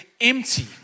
empty